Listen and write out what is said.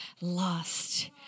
lost